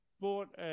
bought